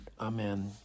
Amen